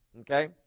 Okay